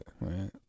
Right